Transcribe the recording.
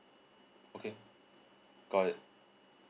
okay got it